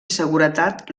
seguretat